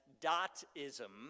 Dot-ism